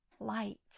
Light